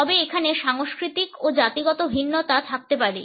তবে এখানে সাংস্কৃতিক ও জাতিগত ভিন্নতা থাকতে পারে